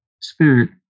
spirit